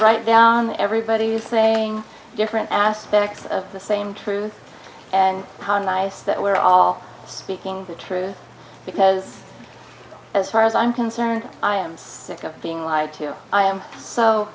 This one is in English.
right everybody is saying different aspects of the same truth and how nice that we're all speaking the truth because as far as i'm concerned i am sick of being lied to i am so